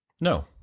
No